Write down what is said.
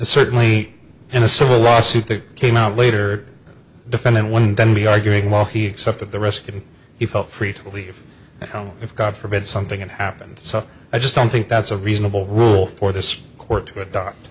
certainly in a civil lawsuit that came out later defendant one then be arguing while he sucked at the rest and he felt free to leave home if god forbid something it happened so i just don't think that's a reasonable rule for this court to adopt